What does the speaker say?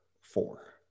four